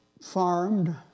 farmed